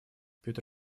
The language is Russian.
петр